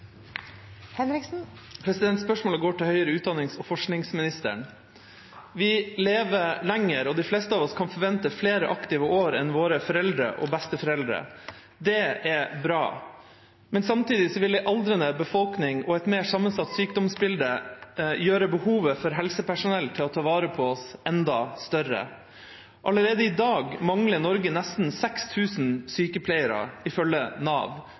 Spørsmålet går til forsknings- og høyere utdanningsministeren. Vi lever lenger, og de fleste av oss kan forvente flere aktive år enn våre foreldre og besteforeldre. Det er bra. Men samtidig vil en aldrende befolkning og et mer sammensatt sykdomsbilde gjøre behovet for helsepersonell til å ta vare på oss enda større. Allerede i dag mangler Norge nesten 6 000 sykepleiere, ifølge Nav.